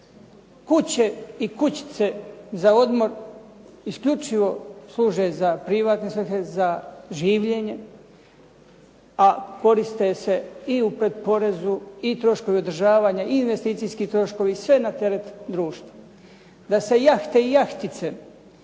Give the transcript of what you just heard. kuće i kućice za odmor isključivo služe za privatne svrhe, za življenje, a koriste se i u pretporezu i troškovi održavanja i investicijski troškovi, sve na teret društva. Da se jahte i jahtice